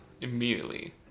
immediately